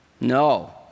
No